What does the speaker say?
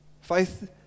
Faith